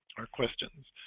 our questions